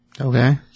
Okay